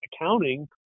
accounting